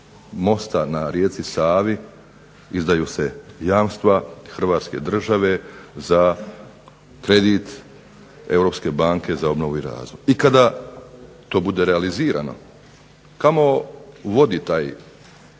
mosta na rijeci Savi izdaju se jamstva Hrvatske države za kredi Europske banke za obnovu i razvoj. I kada to bude realizirano kamo vode ta